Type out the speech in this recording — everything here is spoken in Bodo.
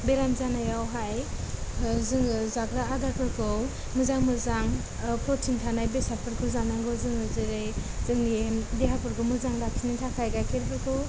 बेराम जानायावहाय जोङो जाग्रा आदारफोरखौ मोजां मोजां ओ प्रटिन थानाय बेसादफोरखौ जानांगौ जोङो जेरै जोंनि देहाफोरखौ मोजाङै लाखिनो थाखाय गायखेरफोरखौ